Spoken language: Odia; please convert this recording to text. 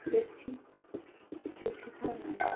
ବେଶୀ ସୁବିଧା ନାହିଁ